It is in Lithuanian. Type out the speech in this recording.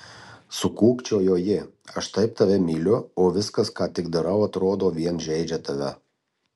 sukūkčiojo ji aš taip tave myliu o viskas ką tik darau atrodo vien žeidžia tave